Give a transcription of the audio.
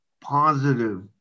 positive